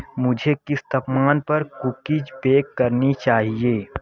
मुझे किस तापमान पर कुकीज़ बेक करनी चाहिए